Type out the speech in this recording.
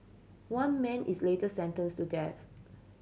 one man is later sentenced to death